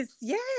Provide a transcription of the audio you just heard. yes